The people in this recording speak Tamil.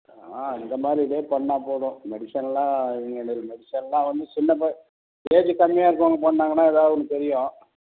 ஆ இந்த மாதிரி இதே பண்ணால் போதும் மெடிசன்லாம் எதுமே இல்லை இது மெடிசன்லாம் வந்து சின்ன ப ஏஜு கம்மியா இருக்கவங்க பண்ணாங்கன்னால் ஏதாவது ஒன்று தெரியும்